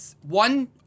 one